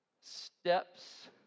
Steps